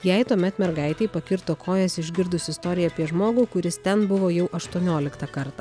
jai tuomet mergaitei pakirto kojas išgirdus istoriją apie žmogų kuris ten buvo jau aštuonioliktą kartą